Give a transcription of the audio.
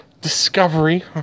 discovery